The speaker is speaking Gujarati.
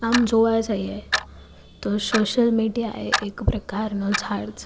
આમ જોવા જઇએ તો સોસ્યલ મીડિયા એ એક પ્રકારનો ઝાડ છે